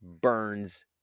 burns